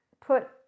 put